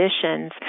conditions